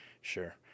sure